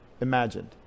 imagined